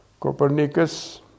Copernicus